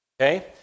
Okay